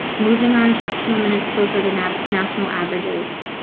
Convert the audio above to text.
moving our instructional minutes closer to navigate national averages,